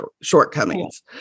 shortcomings